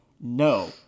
No